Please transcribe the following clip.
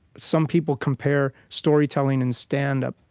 some people compare storytelling and stand-up.